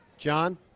John